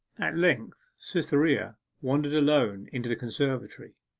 at length cytherea wandered alone into the conservatory.